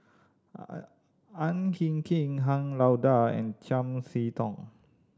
Ang Hin Kee Han Lao Da and Chiam See Tong